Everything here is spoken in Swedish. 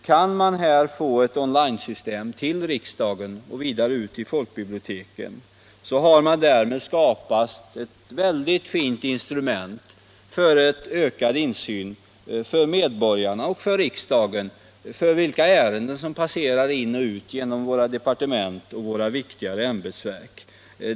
Kan man få ett on-line-system till riksdagen och vidare ut till folkbiblioteken, så har man därmed skapat ett väldigt fint instrument för ökad insyn för medborgarna och riksdagen över vilka ärenden som passerar in och ut i våra departement och våra viktigare ämbetsverk.